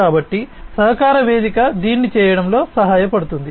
కాబట్టి సహకార వేదిక దీన్ని చేయడంలో సహాయపడుతుంది